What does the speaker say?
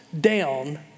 down